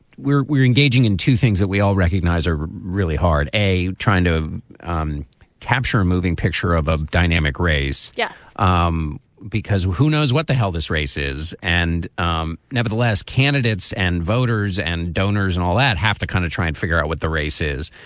we're we're engaging in two things that we all recognize are really hard, a, trying to um capture a moving picture of a dynamic race. yes. um because who knows what the hell this race is. and um nevertheless, candidates and voters and donors and all that have to kind of try and figure out what the race is.